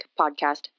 Podcast